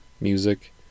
music